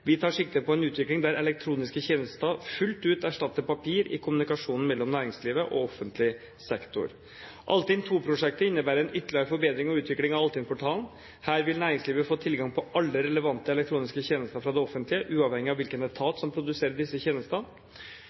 Vi tar sikte på en utvikling der elektroniske tjenester fullt ut erstatter papir i kommunikasjonen mellom næringslivet og offentlig sektor. Altinn II-prosjektet innebærer en ytterligere forbedring og utvikling av Altinn-portalen. Her vil næringslivet få tilgang på alle relevante elektroniske tjenester fra det offentlige uavhengig av hvilken etat som produserer disse tjenestene.